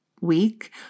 week